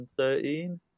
2013